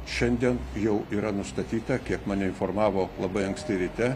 šiandien jau yra nustatyta kiek mane informavo labai anksti ryte